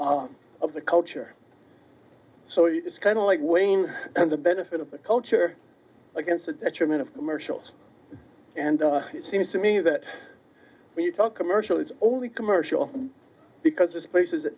on of the culture so it's kind of like wayne and the benefit of the culture against the detriment of commercials and it seems to me that when you talk a merchant it's only commercial because it's places